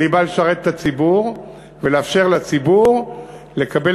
אני בא לשרת את הציבור ולאפשר לציבור לקבל